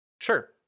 sure